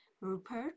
Rupert